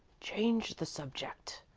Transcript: change the subject,